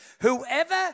whoever